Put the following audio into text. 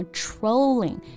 trolling